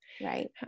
Right